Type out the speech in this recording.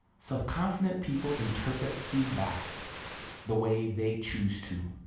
self-confident people interpret feedback the way they choose to.